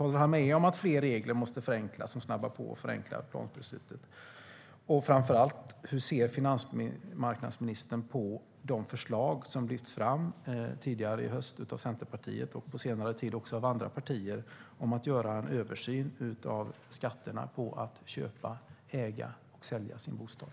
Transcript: Håller han med om att fler regler måste förenklas, till exempel att snabba på och förenkla planbeslutet? Och framför allt, hur ser finansmarknadsministern på de förslag som har lyfts fram tidigare i höst av Centerpartiet, på senare tid också av andra partier, om en översyn av skatterna på att köpa, äga och sälja sin bostad?